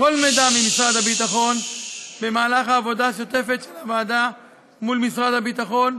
כל מידע ממשרד הביטחון במהלך העבודה השוטפת של הוועדה מול משרד הביטחון,